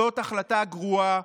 זאת החלטה גרועה,